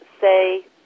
say